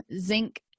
zinc